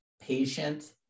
patient